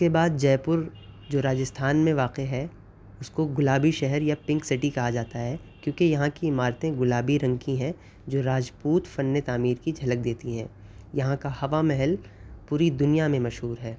اس کے بعد جے پور جو راجستھان میں واقع ہے اس کو گلابی شہر یا پنک سٹی کہا جاتا ہے کیونکہ یہاں کی عمارتیں گلابی رنکی ہیں جو راجپوت فن تعمیر کی جھلک دیتی ہیں یہاں کا ہوا محل پوری دنیا میں مشہور ہے